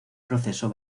proceso